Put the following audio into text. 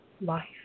life